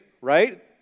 right